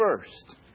first